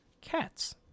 Cats